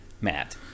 Matt